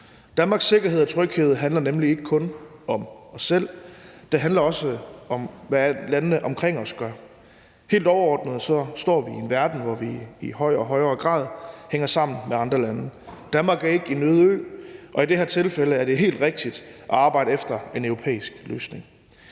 Danmarks sikkerhed og tryghed handler nemlig ikke kun om os selv; det handler også om, hvad landene omkring os gør. Helt overordnet befinder vi os i en verden, hvor vi i højere og højere grad hænger sammen med andre lande. Danmark er ikke en øde ø, og i det her tilfælde er det helt rigtigt at arbejde efter en europæisk løsning.